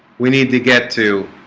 we need to get to